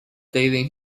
dating